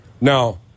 Now